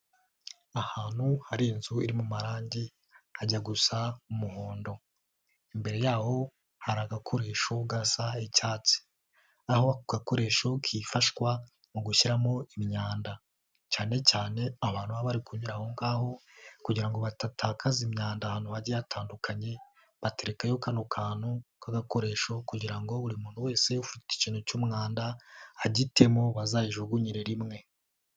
Ahantu hari inzu irimo amarangi ajya gusa umuhondo, imbere y'aho hari agakoresho gasa icyatsi aho gakoresho kifashishwa mu gushyiramo imyanda, cyane cyane abantu baba bari kunyura aho ngaho kugira ngo batatakaza imyanda ahantu bagiye hatandukanye, baterekaho kano kantu k'agakoresho kugira ngo buri muntu wese ufite ikintu cy'umwanda agitemo bazayijugunyire rimwe.